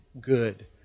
good